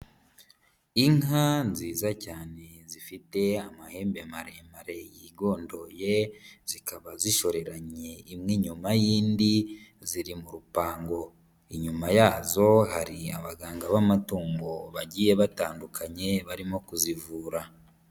Inka nziza cyane zifite amahembe maremare yigondoye, zikaba zishoreranye imwe inyuma y'indi ziri mu rupango, inyuma yazo hari abaganga b'amatungo bagiye batandukanye barimo kuzivura.